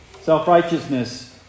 Self-righteousness